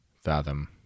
fathom